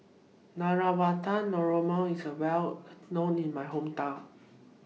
Navratan Korma IS Well known in My Hometown